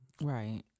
right